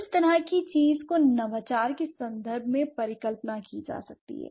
इस तरह की चीज को नवाचार के संबंध में परिकल्पना की जा सकती है